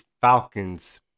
Falcons